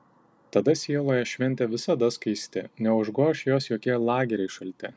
tada sieloje šventė visada skaisti neužgoš jos jokie lageriai šalti